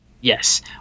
Yes